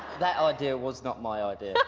that idea was not my ah idea.